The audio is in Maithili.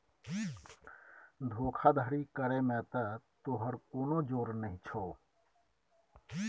धोखाधड़ी करय मे त तोहर कोनो जोर नहि छौ